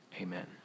amen